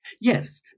Yes